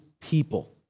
people